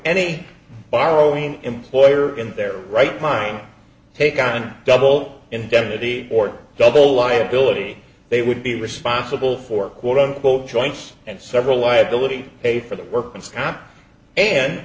any borrowing employer in their right mind take on double indemnity or double liability they would be responsible for quote unquote joints and several liability a for the workman's comp and